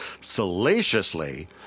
Salaciously